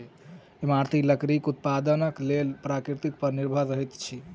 इमारती लकड़ीक उत्पादनक लेल प्रकृति पर निर्भर रहैत छी